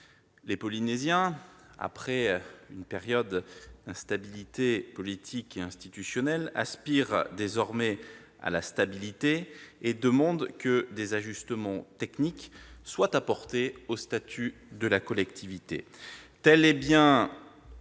Les Polynésiens, après une période d'instabilité politique et institutionnelle, aspirent désormais à la stabilité et demandent que des ajustements techniques soient apportés au statut de la collectivité. Tel est bien,